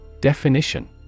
Definition